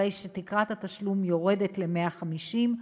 הרי שתקרת התשלום יורדת ל-150 שקל,